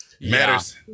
matters